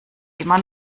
immer